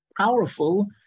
powerful